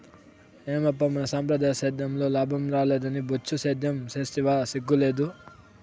ఏమప్పా మన సంప్రదాయ సేద్యంలో లాభం రాలేదని బొచ్చు సేద్యం సేస్తివా సిగ్గు లేదూ